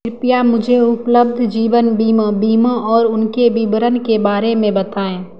कृपया मुझे उपलब्ध जीवन बीमा बीमा और उनके विवरण के बारे में बताएँ